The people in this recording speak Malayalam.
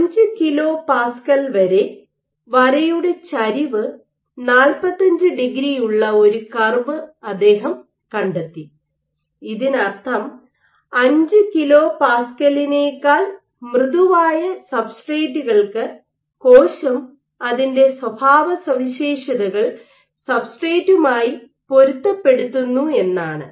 5 kPa വരെ വരയുടെ ചരിവ് 45 ഡിഗ്രി ഉള്ള ഒരു കർവ് അദ്ദേഹം കണ്ടെത്തി ഇതിനർത്ഥം 5 kPa നേക്കാൾ മൃദുവായ സബ്സ്ട്രെറ്റുകൾക്ക് കോശം അതിന്റെ സ്വഭാവസവിശേഷതകൾ സബ്സ്ട്രെറ്റുമായി പൊരുത്തപ്പെടുത്തുന്നു എന്നാണ്